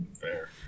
Fair